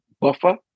buffer